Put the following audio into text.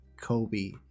Kobe